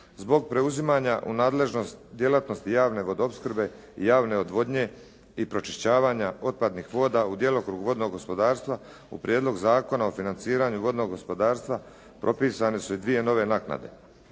Zbog preuzimanja u nadležnost, djelatnosti javne vodoopskrbe i javne odvodnje i pročišćavanja otpadnih voda u djelokrug vodnog gospodarstva u prijedlog Zakona o financiranju vodnog gospodarstva propisane su i dvije nove naknade.